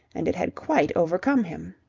and it had quite overcome him.